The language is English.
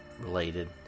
related